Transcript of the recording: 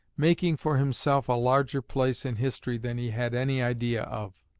making for himself a larger place in history than he had any idea of.